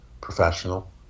professional